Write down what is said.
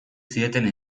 zieten